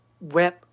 web